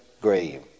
grave